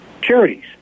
charities